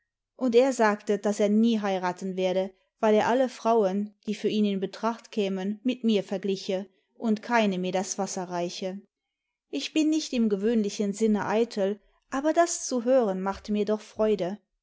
und er sagte daß er nie heiraten werde weil er alle frauen die für ihn in betracht kämen mit mir vergliche und keine mir das wasser reiche ich bin nicht im gewöhnlichen sinne eitel aber das zu hören machte mir doch freude